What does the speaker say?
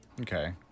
Okay